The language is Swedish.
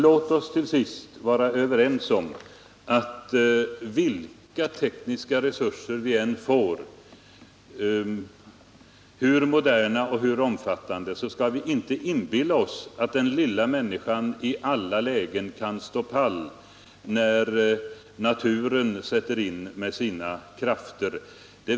Låt oss till sist vara överens om att vilka tekniska resurser vi än har, hur moderna och hur omfattande de än är, så skall vi inte inbilla oss att den lilla människan i alla lägen kan stå pall när naturen sätter in sina krafter.